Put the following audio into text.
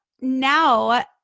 now